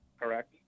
Correct